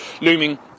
looming